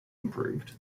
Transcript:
improved